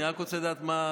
אני רק רוצה לדעת,